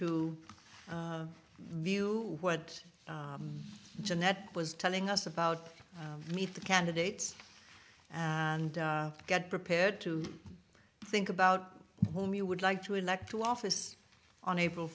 to view what jeanette was telling us about meet the candidates and get prepared to think about whom you would like to elect to office on april